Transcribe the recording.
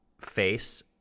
face